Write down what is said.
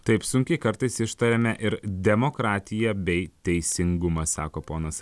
taip sunkiai kartais ištariame ir demokratija bei teisingumas sako ponas